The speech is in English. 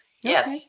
Yes